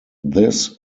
this